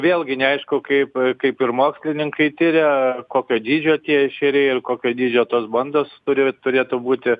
vėlgi neaišku kaip kaip ir mokslininkai tiria kokio dydžio tie ešeriai ir kokio dydžio tos bandos turi turėtų būti